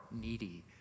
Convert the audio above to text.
needy